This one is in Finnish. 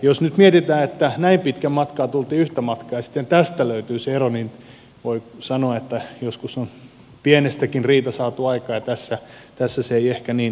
jos nyt mietitään että näin pitkän matkaa tultiin yhtä matkaa ja sitten tästä löytyy se ero niin voi sanoa että joskus on pienestäkin riita saatu aikaan ja tässä kokonaisuudessa se ei ehkä ole niin tärkeä